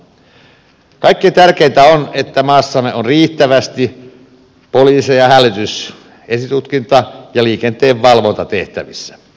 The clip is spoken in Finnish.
kaikkein tärkeintä on että maassamme on riittävästi poliiseja hälytys esitutkinta ja liikenteenvalvontatehtävissä